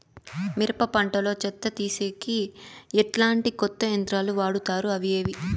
మిరప పంట లో చెత్త తీసేకి ఎట్లాంటి కొత్త యంత్రాలు వాడుతారు అవి ఏవి?